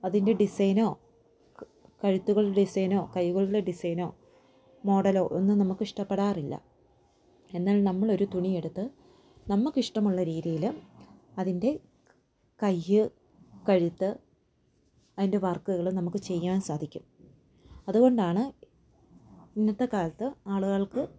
അതിന്റെ ഡിസൈനോ കഴുത്തുകളുടെ ഡിസൈനോ കൈകളുടെ ഡിസൈനോ മോഡലോ ഒന്നും നമുക്ക് ഇഷ്ടപ്പെടാറില്ല എന്നാൽ നമ്മളൊരു തുണിയെടുത്ത് നമുക്കിഷ്ടമുള്ള രീതിയില് അതിന്റെ കയ്യ് കഴുത്ത് അയിന്റെ വർക്കുകള് നമുക്ക് ചെയ്യാൻ സാധിക്കും അതുകൊണ്ടാണ് ഇന്നത്തെ കാലത്ത് ആളുകൾക്ക്